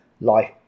life